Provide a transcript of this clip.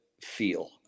feel